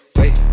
wait